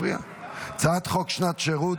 הצעת חוק שנת שירות,